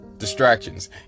Distractions